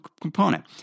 component